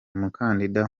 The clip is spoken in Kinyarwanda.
umukandida